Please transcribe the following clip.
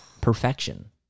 Perfection